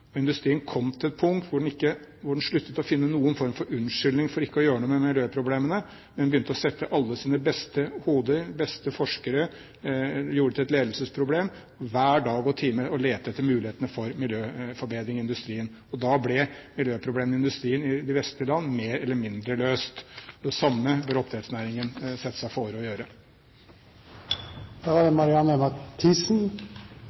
Industrien kom til et punkt hvor den sluttet å finne en form for unnskyldning for ikke å gjøre noe med miljøproblemene. Den begynte å bruke alle sine beste hoder, beste forskere, og gjorde det til et ledelsesproblem hver dag og time å lete etter mulighetene for miljøforbedringer i industrien. Da ble miljøproblemene i industrien i de vestlige land mer eller mindre løst. Det samme bør oppdrettsnæringen sette seg fore å gjøre.